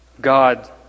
God